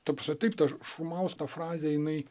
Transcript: ta prasme taip ta šumausko frazė jinai